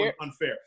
unfair